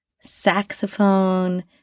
saxophone